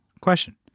question